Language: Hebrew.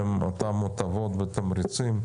אותן הטבות ותמריצים,